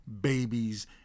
babies